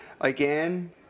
again